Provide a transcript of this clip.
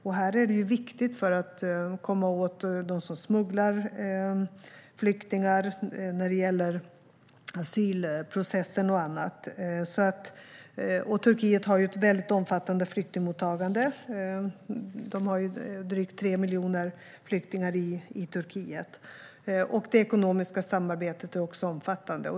Det är viktigt för att komma åt dem som smugglar flyktingar och när det gäller asylprocessen och annat. Turkiet har ett omfattande flyktingmottagande, drygt 3 miljoner flyktingar. Det ekonomiska samarbetet är också omfattande.